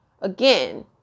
again